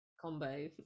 combo